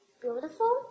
beautiful